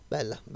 Bella